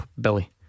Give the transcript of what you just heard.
Billy